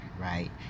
right